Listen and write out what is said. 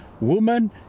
Woman